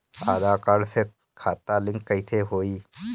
आधार card से खाता link कईसे होई?